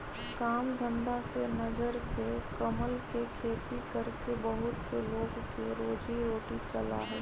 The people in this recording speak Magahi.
काम धंधा के नजर से कमल के खेती करके बहुत से लोग के रोजी रोटी चला हई